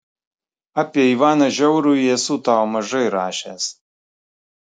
apie ivaną žiaurųjį esu tau mažai rašęs